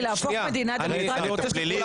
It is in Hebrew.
אורנה,